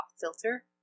filter